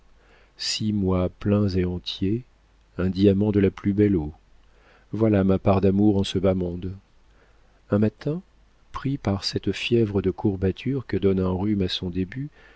six mois pleins et entiers un diamant de la plus belle eau voilà ma part d'amour en ce bas monde un matin pris par cette fièvre de courbature que donne un rhume à son début